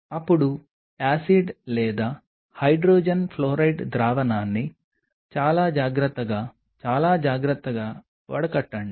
అప్పుడు యాసిడ్ లేదా hydrogen fluoride ద్రావణాన్ని చాలా జాగ్రత్తగా చాలా జాగ్రత్తగా వడకట్టండి